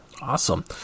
Awesome